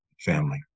family